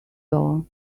door